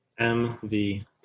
MVP